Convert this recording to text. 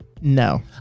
No